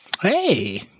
Hey